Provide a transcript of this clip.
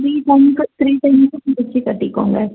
three டைம்ஸா three டைம்ஸா பிரித்து கட்டிக்கங்க